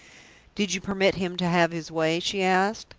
did you permit him to have his way? she asked.